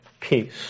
peace